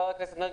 חבר הכנסת מרגי,